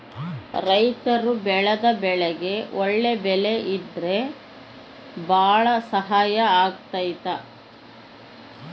ರೈತರು ಬೆಳೆದ ಬೆಳೆಗೆ ಒಳ್ಳೆ ಬೆಲೆ ಇದ್ರೆ ಭಾಳ ಸಹಾಯ ಆಗುತ್ತೆ